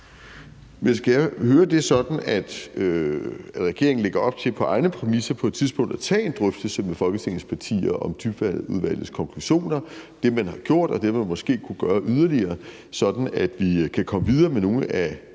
Skal jeg forstå det sådan, at regeringen lægger op til på et tidspunkt på egne præmisser at tage en drøftelse med Folketingets partier om Dybvadudvalgets konklusioner og om det, man har gjort, og det, man måske kunne gøre yderligere, sådan at vi kan komme videre med nogle af